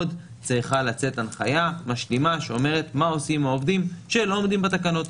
צריכה לצאת הנחיה משלימה שאומרת מה עושים עם העובדים שלא עומדים בתקנות.